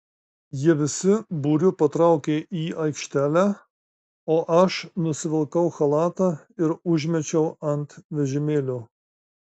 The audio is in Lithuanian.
jie visu būriu patraukė į aikštelę o aš nusivilkau chalatą ir užmečiau ant vežimėlio